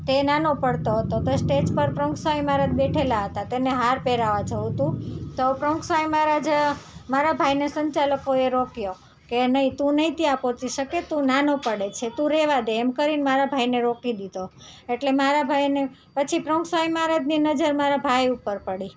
તે નાનો પડતો હતો તો સ્ટેજ ઉપર પ્રમુખ સ્વામી મહારાજ બેઠેલા હતા તેમને હાર પહેરાવવા જવું હતું તો પ્રમુખ સ્વામી મહારાજ મારા ભાઈને સંચાલકોએ રોક્યો કે નહીં તું નહીં ત્યાં પહોંચી શકે તું નાનો પડે છે તું રહેવા દે એમ કરીને મારા ભાઈને રોકી દીધો એટલે મારા ભાઈને પછી પ્રમુખ સ્વામી મહારાજની નજર મારા ભાઈ ઉપર પડી